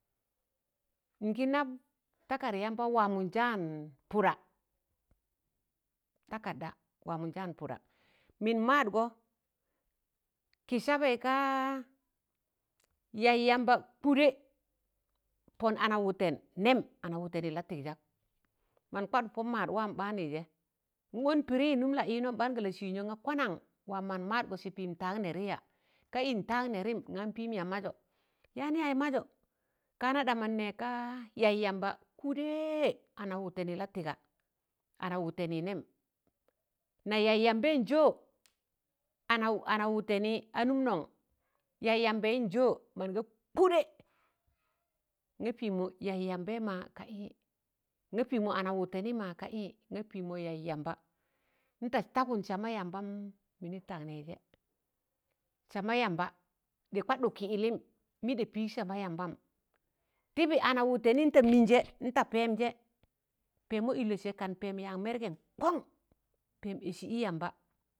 ṇị gi nab takar yamba waa mọn saan pụda takaḍa waa mọn san pụda mịn madgọ kị sabẹị ka yaị yaamba kụdẹ pọn ana wụtẹn nẹm anawụtẹnị latịzak mọn kwad pọ maad waam ɓ̣anụi̱ jẹ n'ọn pịdịị nụm la ịnọm ḇan ga la Sịzọ zẹ ṇa kwanaṇ wam mọn madkọ sẹ pịịm tag nẹri yaa ka ịn taag nẹrịịm ṇaam pịịm yaa mazọ yaan yaz mazo ka ḍaman n nẹk ka yaị yamba kụdẹẹ ana wụtẹnị latịgaa ana wutẹnị nẹm na yaị yambeịn jọ? ana wu ana wutẹnị anụm nọṇ? yai yambẹịn jo? mọn ga kudẹ ṇa pịmọ yaị yambẹị maa ka ẹ ṇa pịmọ ana wụtẹnị maa ka ṇa pịmọ yaị yamba n da tagụn sama yambam mịnị tagnẹi zẹ sama yamba ɗ̣ị kwadụk kị yịlịm mị dẹ pịịg sama yambam tịbị ana n ta mịịn je̱ n ta pẹẹm je pẹmọ ịllẹ kaan pẹm yag mẹrgẹ kọṇ pẹm ẹsị i̱ yamba